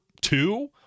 two